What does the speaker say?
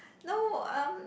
no um